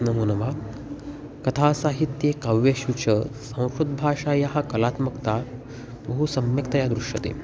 नमो नमः कथासाहित्ये काव्येषु च संस्कृतभाषायाः कलात्मकता बहु सम्यक्तया दृश्यते